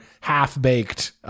half-baked